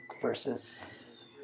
versus